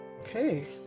okay